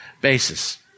basis